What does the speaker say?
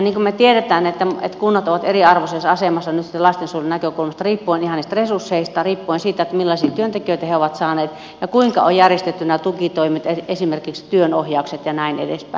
niin kuin me tiedämme kunnat ovat eriarvoisessa asemassa lastensuojelun näkökulmasta riippuen ihan niistä resursseista riippuen siitä millaisia työntekijöitä he ovat saaneet ja kuinka on järjestetty nämä tukitoimet esimerkiksi työnohjaukset ja näin edespäin